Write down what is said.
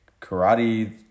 karate